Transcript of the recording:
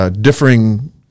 differing